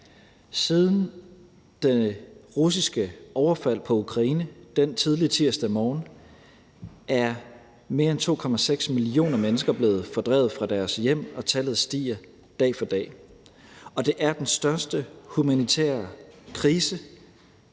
Siden det russiske overfald på Ukraine den tidlige tirsdag morgen er mere end 2,6 millioner mennesker blevet fordrevet fra deres hjem, og tallet stiger dag for dag. Og det er den største humanitære krise